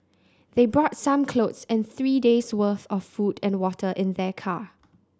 they brought some clothes and three days' worth of food and water in their car